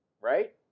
Right